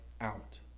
out